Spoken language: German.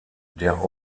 der